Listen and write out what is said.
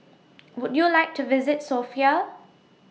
Would YOU like to visit Sofia